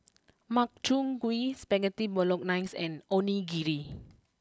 Makchang Gui Spaghetti Bolognese and Onigiri